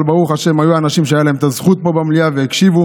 אבל ברוך השם היו אנשים שהייתה להם את הזכות במליאה והקשיבו